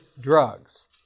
drugs